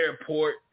airport